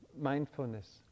mindfulness